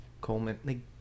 Coleman